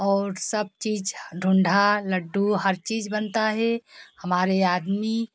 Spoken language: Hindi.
और सब चीज़ ढूंढा लड्डू हर चीज़ बनता है हमारे आदमी